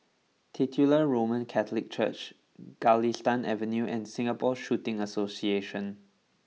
Titular Roman Catholic Church Galistan Avenue and Singapore Shooting Association